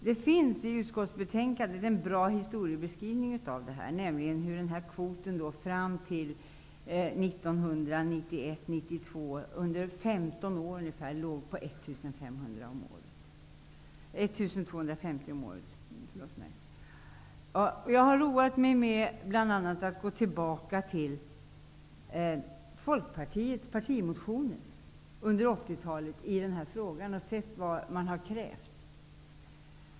Det finns i utskottsbetänkandet en bra historieskrivning av detta, nämligen hur kvoten fram till 1991/92, under 15 år ungefär, låg på 1 250 om året. Jag har roat mig med att gå tillbaka till Folkpartiets partimotioner under 80-talet i den här frågan och sett vad man har krävt.